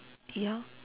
ya